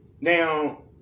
now